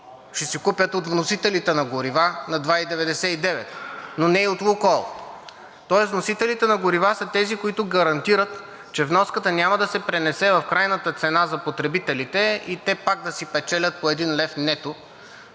ще си купят от вносителите на горива на 2,99 лв., но не и от „Лукойл“. Тоест вносителите на горива са тези, които гарантират, че вноската няма да се пренесе в крайната цена за потребителите и те пак да си печелят по един лев нето